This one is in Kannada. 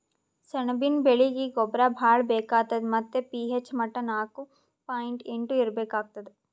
ಸೆಣಬಿನ ಬೆಳೀಗಿ ಗೊಬ್ಬರ ಭಾಳ್ ಬೇಕಾತದ್ ಮತ್ತ್ ಪಿ.ಹೆಚ್ ಮಟ್ಟಾ ನಾಕು ಪಾಯಿಂಟ್ ಎಂಟು ಇರ್ಬೇಕಾಗ್ತದ